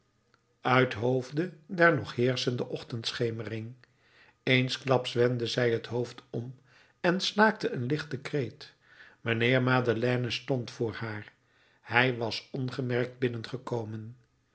hoofde der nog heerschende ochtendschemering eensklaps wendde zij het hoofd om en slaakte een lichten kreet mijnheer madeleine stond voor haar hij was ongemerkt binnengekomen